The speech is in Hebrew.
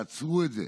תעצרו את זה.